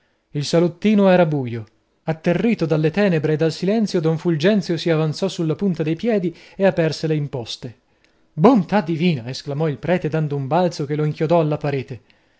il salottino era buio atterrito dalle tenebre e dal silenzio don fulgenzio si avanzò sulla punta dei piedi e aperse le imposte bontà divina esclamò il prete dando un balzo che lo inchiodò alla parete